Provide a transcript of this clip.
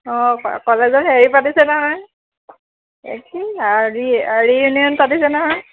অঁ কলেজত হেৰি পাতিছে নহয় এই কি ৰি ৰিয়উনিয়ন পাতিছে নহয়